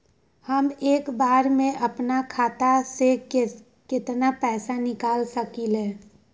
हम एक बार में अपना खाता से केतना पैसा निकाल सकली ह?